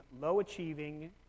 low-achieving